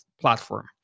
platform